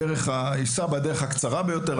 יסע בדרך הקצרה ביותר,